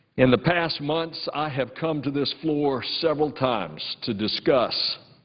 in the past months, i have come to this floor several times to discuss